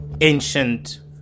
ancient